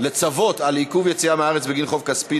חובת מסירת תוכניות הדירה לקונה),